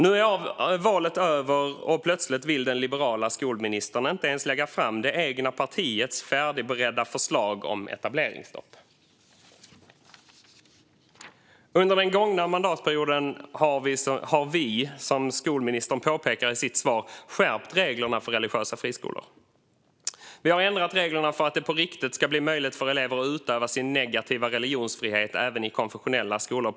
Nu är valet över, och plötsligt vill den liberala skolministern inte ens lägga fram det egna partiets färdigberedda förslag om etableringsstopp. Under den gångna mandatperioden har vi, som skolministern påpekar i sitt svar, skärpt reglerna för religiösa friskolor. Vi har ändrat reglerna för att det på riktigt ska bli möjligt för elever att utöva sin negativa religionsfrihet även i konfessionella skolor.